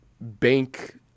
bank